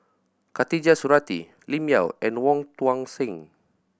Khatijah Surattee Lim Yau and Wong Tuang Seng